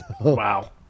Wow